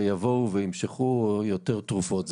יבואו וימשכו יותר תרופות.